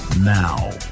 Now